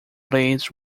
blades